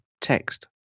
text